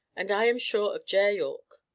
and i am sure of ger yorke.